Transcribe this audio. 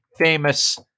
famous